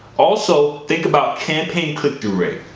also, think about campaign click-through rate.